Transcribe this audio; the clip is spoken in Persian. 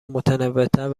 متنوعتر